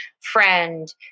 friend